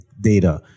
data